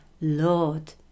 Lord